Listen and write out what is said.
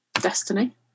destiny